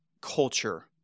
culture